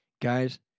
Guys